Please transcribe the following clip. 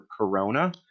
Corona